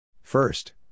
First